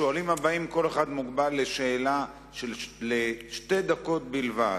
כל אחד מהשואלים הבאים מוגבל לשתי דקות בלבד.